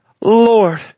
Lord